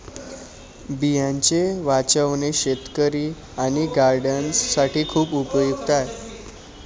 बियांचे वाचवणे शेतकरी आणि गार्डनर्स साठी खूप उपयुक्त आहे